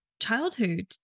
childhood